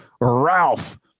Ralph